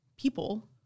people